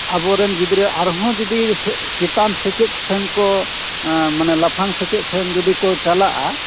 ᱟᱵᱚᱨᱮᱱ ᱜᱤᱫᱽᱨᱟᱹ ᱟᱨᱦᱚᱸ ᱡᱩᱫᱤ ᱪᱮᱛᱟᱱ ᱥᱮᱪᱮᱫ ᱥᱮᱱ ᱠᱚ ᱞᱟᱯᱷᱟᱝ ᱥᱮᱪᱮᱫ ᱥᱮᱱ ᱡᱩᱫᱤ ᱠᱚ ᱪᱟᱞᱟᱜᱼᱟ